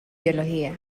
biología